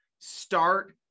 start